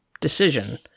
decision